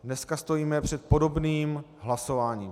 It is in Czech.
Dneska stojíme před podobným hlasováním.